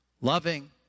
Loving